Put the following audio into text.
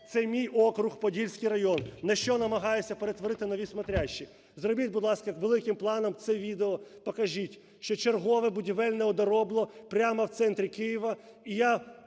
Це мій округ, Подільський район, на що намагаються перетворити нові смотрящие? Зробіть, будь ласка, великим планом це відео, покажіть, що чергове будівельне одоробло прямо в центрі Києва.